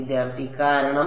വിദ്യാർത്ഥി കാരണം